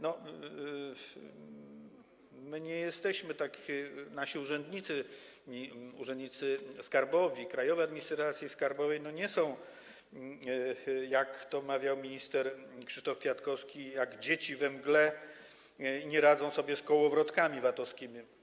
No, my nie jesteśmy tak... nasi urzędnicy, urzędnicy skarbowi Krajowej Administracji Skarbowej, nie są, jak to mawiał minister Krzysztof Kwiatkowski, jak dzieci we mgle, które nie radzą sobie z „kołowrotkami” VAT-owskimi.